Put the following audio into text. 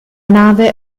nave